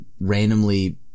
randomly